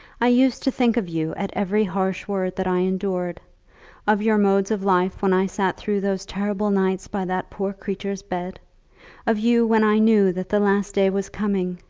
i used to think of you at every harsh word that i endured of your modes of life when i sat through those terrible nights by that poor creature's bed of you when i knew that the last day was coming.